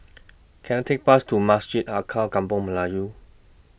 Can I Take Bus to Masjid Alkaff Kampung Melayu